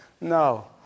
No